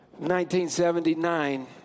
1979